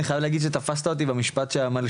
אני חייב להגיד שתפסת אותי במשפט שהמלש"בים,